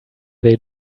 they